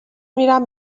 میرم